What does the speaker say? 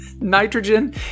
Nitrogen